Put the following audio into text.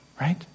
Right